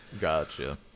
Gotcha